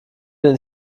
den